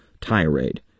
tirade